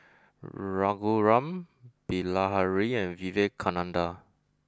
Raghuram Bilahari and Vivekananda